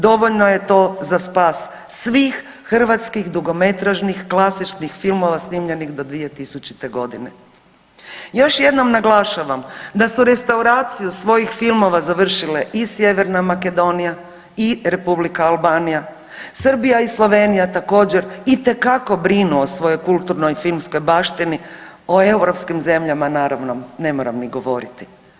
Dovoljno je to za spas svih hrvatskih dugometražnih klasičnih filmova snimljenih do 2000. g. Još jednom naglašavam da su restauraciju svojih filmova završile i Sjeverna Makedonija i R. Albanija, Srbija i Slovenija također, itekako brinu o svojoj kulturnoj i filmskoj baštini, o europskih zemljama, naravno, ne moram ni govoriti.